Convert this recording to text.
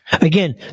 Again